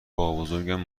بابابزرگم